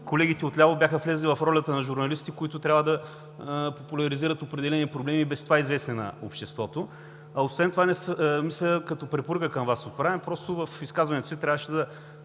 колегите от ляво бяха влезли в ролята на журналисти, които трябва да популяризират определени проблеми, и без това известни на обществото. Освен това, като препоръка към Вас – в изказването си трябваше да